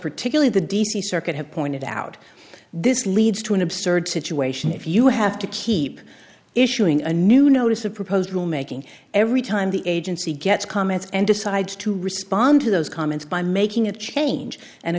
particularly the d c circuit have pointed out this leads to an absurd situation if you have to keep issuing a new notice of proposed rule making every time the agency gets comments and decides to respond to those comments by making a change and